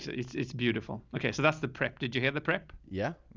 it's it's beautiful. okay, so that's the prep. did you have the prep? yeah.